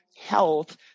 health